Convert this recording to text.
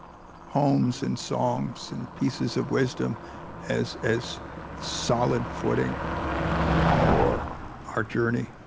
poems and songs and pieces of wisdom as as solid footing for our journey.